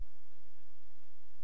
50%,